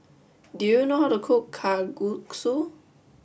do you know how to cook Kalguksu